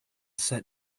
set